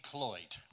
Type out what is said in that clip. Cloyd